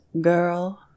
girl